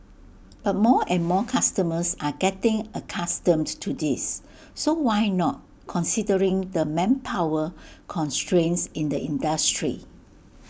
but more and more customers are getting accustomed to this so why not considering the manpower constraints in the industry